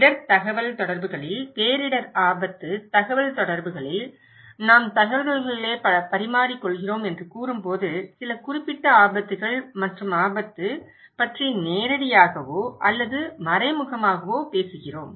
இடர் தகவல்தொடர்புகளில் பேரிடர் ஆபத்து தகவல்தொடர்புகளில் நாங்கள் தகவல்களைப் பரிமாறிக் கொள்கிறோம் என்று கூறும்போது சில குறிப்பிட்ட ஆபத்துகள் மற்றும் ஆபத்து பற்றி நேரடியாகவோ அல்லது மறைமுகமாகவோ பேசுகிறோம்